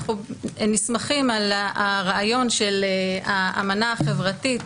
אנחנו נסמכים על הרעיון של האמנה החברתית